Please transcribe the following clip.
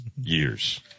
Years